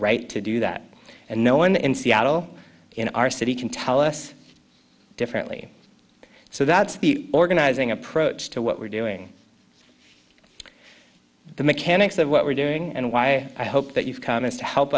right to do that and no one in seattle in our city can tell us differently so that's the organizing approach to what we're doing the mechanics of what we're doing and why i hope that you've come in to help